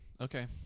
Okay